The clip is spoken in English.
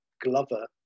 Glover